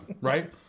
right